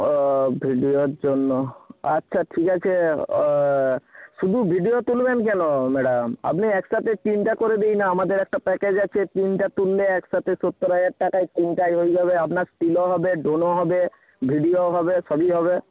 ও ভিডিওর জন্য আচ্ছা ঠিক আছে শুধু ভিডিও তুলবেন কেন ম্যাডাম আপনি একসাথে তিনটে করে দিই না আমাদের একটা প্যাকেজ আছে তিনটে তুললে একসাথে সত্তর হাজার টাকায় তিনটেই হয়ে যাবে আপনার স্টিলও হবে ড্রোনও হবে ভিডিওও হবে সবই হবে